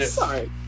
sorry